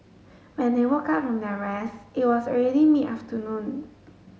when they woke up from their rest it was already mid afternoon